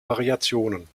variationen